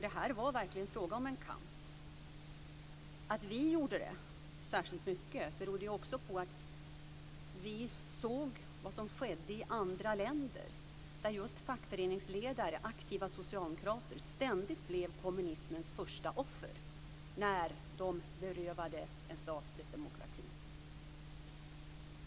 Det var verkligen fråga om en kamp. Att vi gjorde det särskilt mycket berodde på att vi såg vad som skedde i andra länder. Just fackföreningsledare och aktiva socialdemokrater blev ständigt kommunismens första offer när den berövade en stat dess demokrati.